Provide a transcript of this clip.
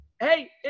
Hey